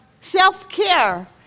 self-care